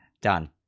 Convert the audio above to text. Done